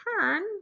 turn